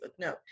No